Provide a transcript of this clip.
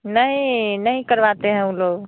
नहीं नहीं करवाते हैं ऊ लोग